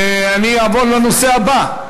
רבותי, אני אעבור לנושא הבא.